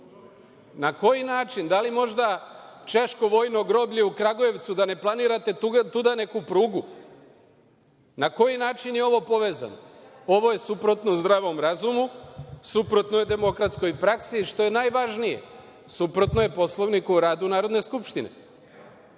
Na koji način? Da li možda češko vojno groblje u Kragujevcu, da ne planirate tuda neku prugu? Na koji način je ovo povezano? Ovo je suprotno zdravom razumu, suprotno je demokratskoj praksi, a što je najvažnije, suprotno je Poslovniku o radu Narodne skupštine.(Vladimir